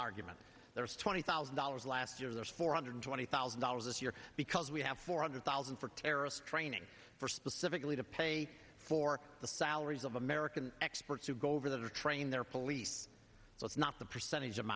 argument there's twenty thousand dollars last year there's four hundred twenty thousand dollars this year because we have four hundred thousand for terrorist training for specifically to pay for the salaries of american experts who go over there train their police so it's not the percentage